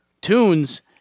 tunes